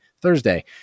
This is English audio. Thursday